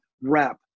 wrap